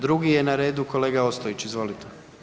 Drugi je na redu kolega Ostojić, izvolite.